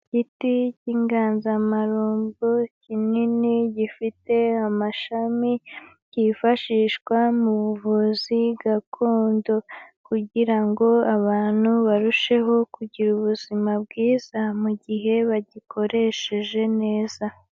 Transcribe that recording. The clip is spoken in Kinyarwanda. Igiti cy'inganzamarumbo kinini gifite amashami, kifashishwa mu buvuzi gakondo kugira ngo abantu barusheho kugira ubuzima bwiza, mu gihe bagikoresheje neza.